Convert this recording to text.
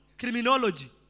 Criminology